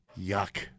Yuck